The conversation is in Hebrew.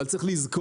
אבל צריך לזכור,